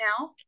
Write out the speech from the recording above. now